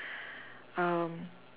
um